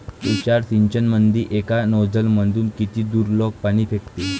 तुषार सिंचनमंदी एका नोजल मधून किती दुरलोक पाणी फेकते?